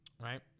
right